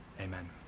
amen